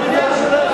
אני לא עושה.